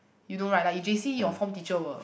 you know right like in J_C your form teacher will